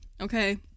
Okay